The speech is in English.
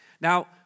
Now